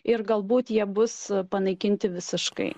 ir galbūt jie bus panaikinti visiškai